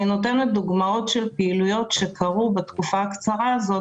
אני נותנת דוגמאות של פעילויות שקרו בתקופה הקצרה הזאת.